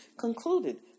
concluded